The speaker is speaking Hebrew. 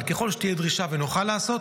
אבל ככל שתהיה דרישה ונוכל לעשות,